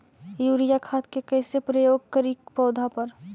Urea खाद के कैसे प्रयोग करि पौधा पर?